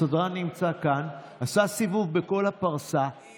הסדרן נמצא כאן, עשה סיבוב בכל הפרסה.